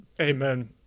Amen